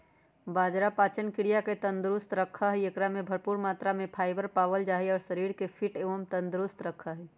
बाजरा पाचन क्रिया के तंदुरुस्त रखा हई, एकरा में भरपूर मात्रा में फाइबर पावल जा हई जो शरीर के फिट एवं तंदुरुस्त रखा हई